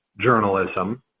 journalism